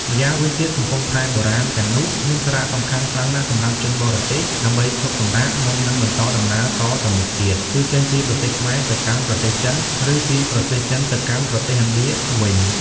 ម្យ៉ាងវិញទៀត កំពង់ផែបុរាណ ទាំងនោះមានសារៈសំខាន់ខ្លាំងណាស់សម្រាប់ជនបរទេស ដើម្បីឈប់សម្រាក មុននឹងបន្តដំណើរតទៅមុខទៀត គឺចេញពីប្រទេសខ្មែរទៅកាន់ប្រទេសចិន ឬពីប្រទេសចិនទៅកាន់ប្រទេសឥណ្ឌាវិញ។